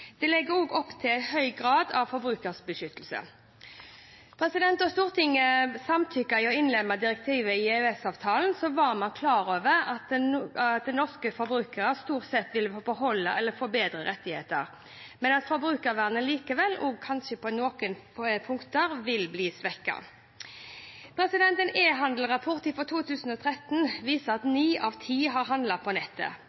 Det legger opp til høy grad av forbrukerbeskyttelse. Da Stortinget samtykket i å innlemme direktivet i EØS-avtalen, var man klar over at norske forbrukere stort sett ville beholde eller få bedre rettigheter, men at forbrukervernet likevel også kanskje på noen punkter ville bli svekket. En e-handelsrapport fra 2013 viser at